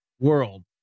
world